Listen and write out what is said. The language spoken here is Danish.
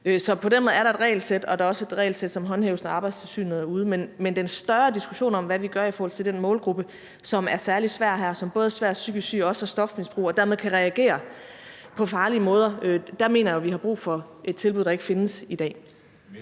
Så på den måde er der et regelsæt, og der er også et regelsæt, som håndhæves, når Arbejdstilsynet er ude. Men i forbindelse med den større diskussion om, hvad vi gør for den målgruppe, som er særlig svær her, og som både indeholder svært psykisk syge og også stofmisbrugere og dermed kan reagere på farlige måder, mener jeg, at vi har brug for et tilbud, der ikke findes i dag.